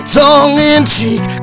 tongue-in-cheek